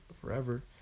forever